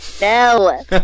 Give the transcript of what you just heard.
No